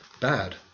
bad